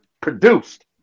produced